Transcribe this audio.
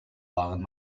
waren